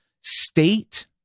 state